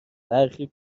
برخی